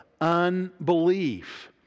unbelief